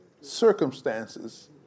circumstances